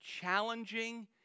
challenging